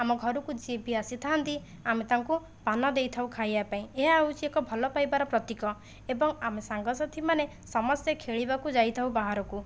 ଆମ ଘରକୁ ଯିଏ ବି ଆସିଥାନ୍ତି ଆମେ ତାଙ୍କୁ ପାନ ଦେଇଥାଉ ଖାଇବା ପାଇଁ ଏହା ହେଉଛି ଏକ ଭଲ ପାଇବାର ପ୍ରତୀକ ଏବଂ ଆମ ସାଙ୍ଗ ସାଥିମାନେ ସମସ୍ତେ ଖେଳିବାକୁ ଯାଇଥାଉ ବାହାରକୁ